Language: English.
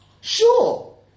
Sure